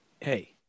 Hey